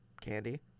candy